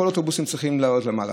כל האוטובוסים צריכים לעלות למעלה.